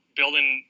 building